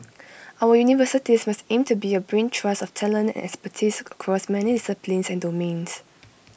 our universities must aim to be A brain trust of talent and expertise across many disciplines and domains